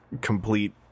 complete